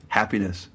happiness